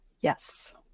Yes